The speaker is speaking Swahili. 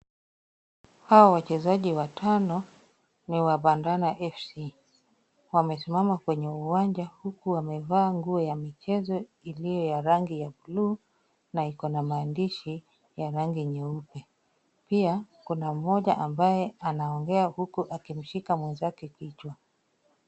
Hawa wachezaji watano ni wa Bandana Fc. Wamesimama kwenye uwanja huku wamevaa nguo ya michezo iliyo ya rangi ya buluu na iko na maandishi ya rangi nyeupe. Pia kuna mmoja ambaye anaongea huku akimshika mwenzake kichwa.